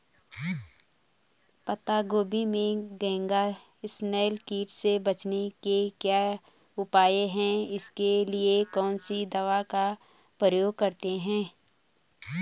पत्ता गोभी में घैंघा इसनैल कीट से बचने के क्या उपाय हैं इसके लिए कौन सी दवा का प्रयोग करते हैं?